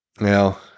now